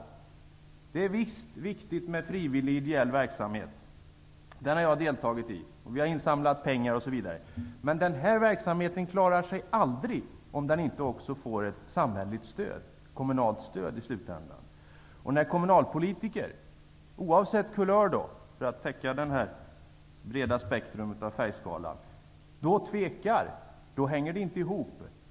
Det är visst viktigt med frivillig och ideell verksamhet -- sådan har jag deltagit i, och vi har samlat in pengar, osv -- men denna verksamhet klarar sig aldrig om den inte i slutänden får samhälleligt kommunalt stöd också. När kommunalpolitiker oavsett kulör, för att täcka detta breda spektrum av färgskalan, tvekar, då hänger det inte ihop.